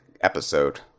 episode